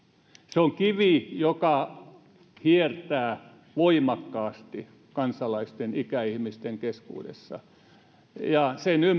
se on kivi joka hiertää voimakkaasti kansalaisten ikäihmisten keskuudessa ja sen